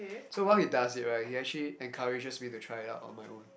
so while he does it right he actually encourages me to try it out on my own